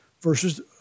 versus